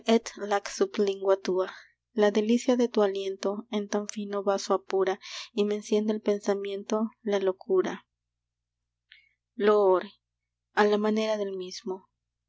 la delicia de tu aliento en tan fino vaso apura y me enciende el pensamiento la locura a la manera del mismo a qué comparar la pura arquitectura de